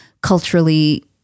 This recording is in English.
culturally